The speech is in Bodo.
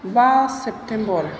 बा सेप्तेम्बर